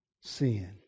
sin